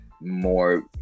more